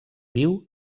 viu